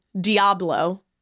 Diablo